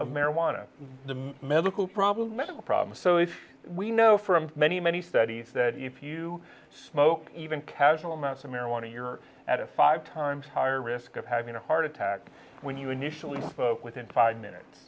of marijuana the medical problem medical problems so if we know from many many studies that if you smoke even casual amounts of marijuana you're at a five times higher risk of having a heart attack when you initially spoke within five minutes